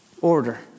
order